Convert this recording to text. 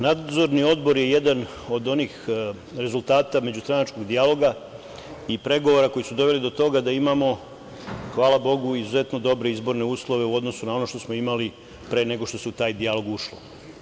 Nadzorni odbor je jedan od onih rezultata međustranačkog dijaloga i pregovora koji su doveli do toga da imamo, hvala Bogu, izuzetno dobre izborne uslove u odnosu na ono što smo imali pre nego što se u taj dijalog ušlo.